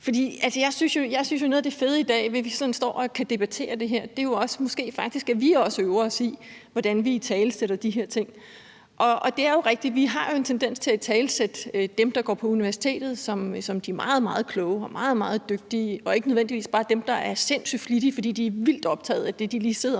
tæerne. Jeg synes jo, at noget af det fede ved, at vi i dag står og kan debattere det her, måske faktisk også er, at vi får øvet os i, hvordan vi italesætter de her ting. Og det er jo rigtigt, at vi har tendens til at italesætte dem, der går på universitetet, som værende meget, meget kloge og meget, meget dygtige og ikke nødvendigvis som dem, der bare er sindssyg flittige, fordi de er vildt optaget af det, de lige sidder